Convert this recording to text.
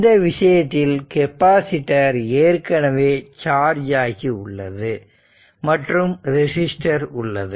இந்த விஷயத்தில் கெபாசிட்டர் ஏற்கனவே சார்ஜ் ஆகி உள்ளது மற்றும் ரெசிஸ்டர் உள்ளது